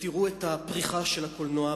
ותראו את הפריחה של הקולנוע,